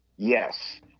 Yes